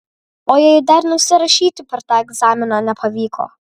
o jei dar nusirašyti per tą egzaminą nepavyko